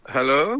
Hello